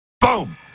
Boom